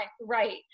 right